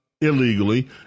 Illegally